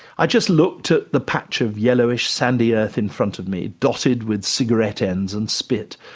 i just looked at the patch of yellowish sandy earth in front of me, dotted with cigarette ends and spit.